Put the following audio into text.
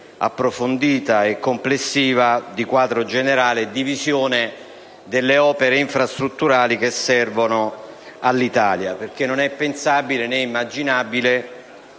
approfondita e complessiva del quadro generale, con una visione delle opere infrastrutturali che servono all'Italia. Non è pensabile, infatti, né immaginabile